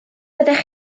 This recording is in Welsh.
byddech